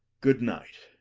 good night.